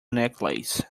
necklace